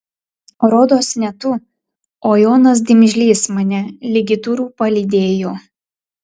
rodos ne tu o jonas dimžlys mane ligi durų palydėjo